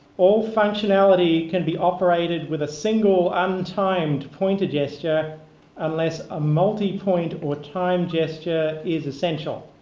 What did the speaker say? all functionality can be operated with a single untimed pointed gesture unless a multipoint or time gesture is essential.